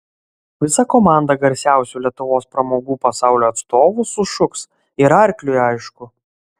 visa komanda garsiausių lietuvos pramogų pasaulio atstovų sušuks ir arkliui aišku